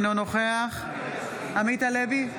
אינו נוכח עמית הלוי,